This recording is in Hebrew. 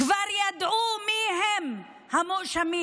כבר ידעו מי הם המואשמים.